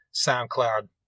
SoundCloud